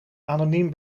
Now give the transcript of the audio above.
anoniem